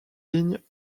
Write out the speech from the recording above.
lignes